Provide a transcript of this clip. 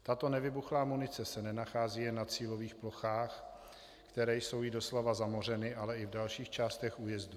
Tato nevybuchlá munice se nenachází jen na cílových plochách, které jsou jí doslova zamořeny, ale i v dalších částech újezdu.